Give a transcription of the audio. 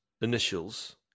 initials